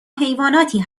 حیواناتی